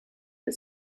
but